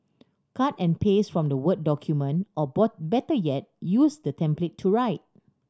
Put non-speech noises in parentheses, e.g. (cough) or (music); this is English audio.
cut and paste from the word document or (unintelligible) better yet use the template to write